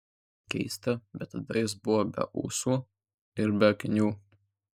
keista bet tada jis buvo be ūsų ir be akinių